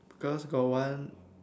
cause got one